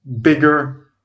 bigger